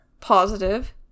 positive